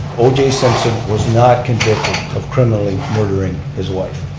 oj simpson was not kind of criminally murdering his wife.